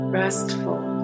restful